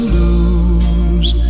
lose